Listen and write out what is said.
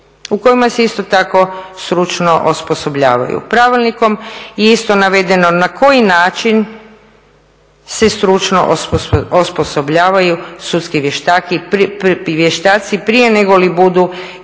u kojima se isto tako stručno osposobljavaju, pravilnikom je isto navedeno na koji način se stručno osposobljavaju sudski vještaci prije nego li budu